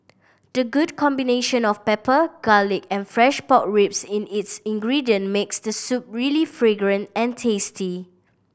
the good combination of pepper garlic and fresh pork ribs in its ingredient makes the soup really fragrant and tasty